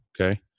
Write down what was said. okay